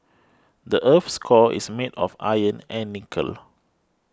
the earth's core is made of iron and nickel